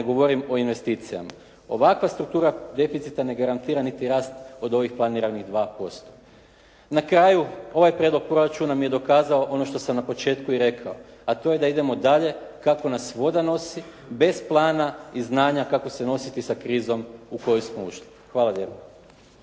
govorim o investicijama. Ovakva struktura deficita ne garantira niti rast od ovih planiranih 2%. Na kraju, ovaj prijedlog proračuna mi je dokazao ono što sam na početku i rekao, a to je da idemo dalje kako nas voda nosi, bez plana i znanja kako se nositi sa krizom u koju smo ušli. Hvala lijepa.